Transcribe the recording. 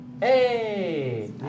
Hey